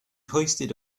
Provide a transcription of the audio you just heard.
hoisted